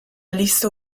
lista